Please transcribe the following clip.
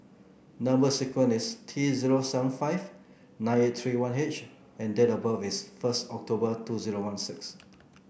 number sequence is T zero seven five nine eight three one H and date of birth is first October two zero one six